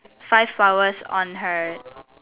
five flowers on her